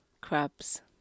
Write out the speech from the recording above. crabs